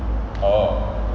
orh